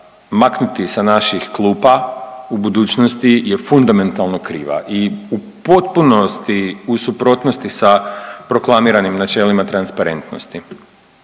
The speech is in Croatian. maknuti sa naših klupa u budućnosti je fundamentalno kriva i u potpunosti u suprotnosti sa proklamiranim načelima transparentnosti.